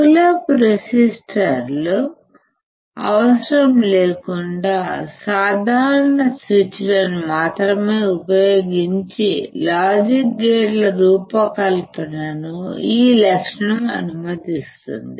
pull up రెసిస్టర్లు అవసరం లేకుండా సాధారణ స్విచ్లను మాత్రమే ఉపయోగించి లాజిక్ గేట్ల రూపకల్పనను ఈ లక్షణం అనుమతిస్తుంది